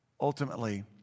ultimately